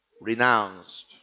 Renounced